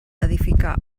edificar